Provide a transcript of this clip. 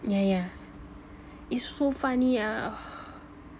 yeah yeah it's so funny ah ugh